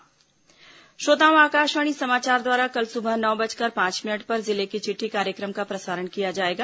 जिले की चिट्ठी श्रोताओं आकाशवाणी समाचार द्वारा कल सुबह नौ बजकर पांच मिनट पर जिले की चिट्ठी कार्यक्रम का प्रसारण किया जाएगा